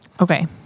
Okay